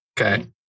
Okay